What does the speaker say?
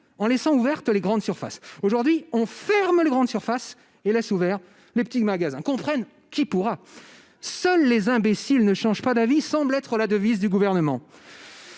en laissant ouvertes les grandes surfaces. Aujourd'hui, on ferme les grandes surfaces et on laisse ouverts les petits magasins. Comprenne qui pourra !« Seuls les imbéciles ne changent pas d'avis » semble être la devise du Gouvernement.